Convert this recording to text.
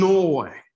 Norway